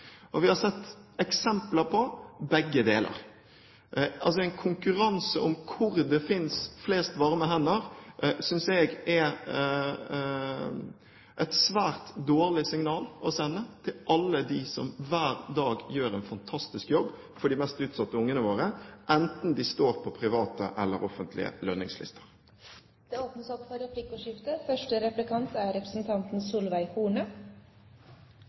Og vi har sett eksempler på begge deler. En konkurranse om hvor det finnes flest varme hender, synes jeg er et svært dårlig signal å sende til alle dem som hver dag gjør en fantastisk jobb for de mest utsatte barna våre, enten de står på private eller offentlige lønningslister. Det blir replikkordskifte.